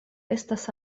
estas